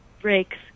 breaks